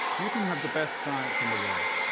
you can have the best science in the world.